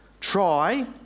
Try